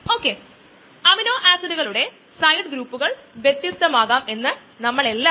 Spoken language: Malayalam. ഇതൊരു പേപ്പറാണ് ഇതു നിങ്ങളുടെ റഫറൻസുകളുടെ പട്ടിക അധിക സ്രോതസ്സുകളുടെ പട്ടിക നിങ്ങൾക്ക് അതിൽ നിന്ന് എടുക്കാം